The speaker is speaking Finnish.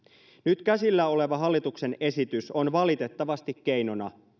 nyt käsillä oleva hallituksen esitys on valitettavasti keinona